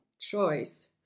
choice